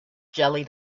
jelly